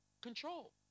control